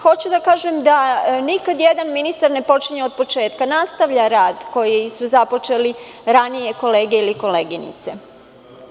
Hoću da kažem da nikad jedan ministar ne počinje od početka, već nastavlja rad koji su započele ranije kolege ili koleginice.